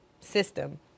system